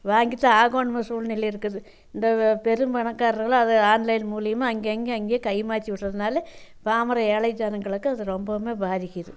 வாங்கிதான் ஆகணும் சூழ்நிலை இருக்குது இந்த பெரும்பணக்காரர்கள்லாம் அதை ஆன்லைன் மூலியமாக அங்கங்கே அங்கே கைமாற்றி விடுறதுனால பாமர ஏழை ஜனங்களுக்கு அது ரொம்பவுமே பாதிக்குது